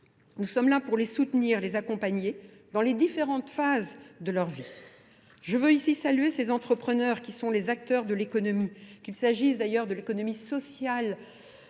Nous sommes là pour les soutenir, les accompagner dans les différentes phases de leur vie. Je veux ici saluer ces entrepreneurs qui sont les acteurs de l'économie, qu'il s'agisse d'ailleurs de l'économie sociale,